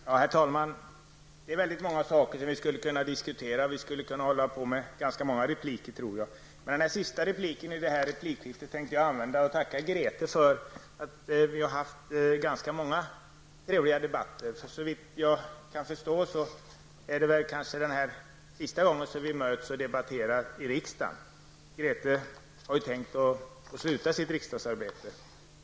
Herr talman! Vi skulle kunna diskutera väldigt många olika saker. Jag tror alltså att det skulle kunna bli ganska många repliker. Denna min sista replik i detta replikskifte tänkte jag emellertid använda för att tacka Grethe för de ganska många och trevliga debatter som vi har haft. Såvitt jag förstår är det sista gången som vi möts i en debatt här i kammaren. Grethe tänker ju sluta här i riksdagen.